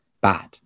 bad